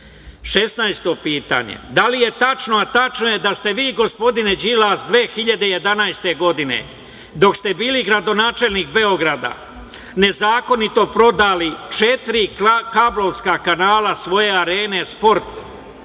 pitanje – da li je tačno, a tačno je, da ste vi gospodine Đilas 2011. godine, dok ste bili gradonačelnik Beograda, nezakonito prodali četiri kablovska kanala svoja „Arene sport“